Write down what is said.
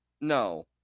No